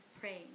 praying